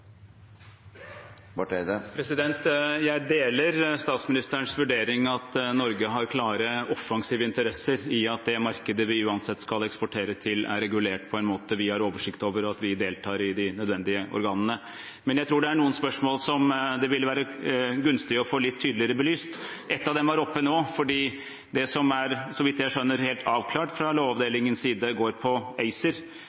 Barth Eide – til oppfølgingsspørsmål. Jeg deler statsministerens vurdering av at Norge har klare offensive interesser i at det markedet vi uansett skal eksportere til, er regulert på en måte vi har oversikt over, og at vi deltar i de nødvendige organene. Men jeg tror det er noen spørsmål som det ville være gunstig å få litt tydeligere belyst. Ett av dem var oppe nå. Det som, så vidt jeg skjønner, er helt avklart fra